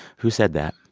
who said that?